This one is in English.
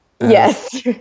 Yes